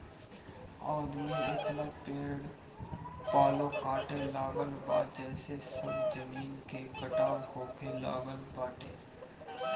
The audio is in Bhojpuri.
आदमी एतना पेड़ पालो काटे लागल बा जेसे सब जमीन के कटाव होखे लागल बाटे